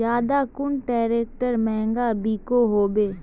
ज्यादा कुन ट्रैक्टर महंगा बिको होबे?